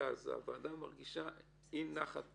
הוועדה מרגישה אי נחת